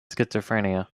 schizophrenia